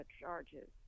charges